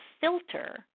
filter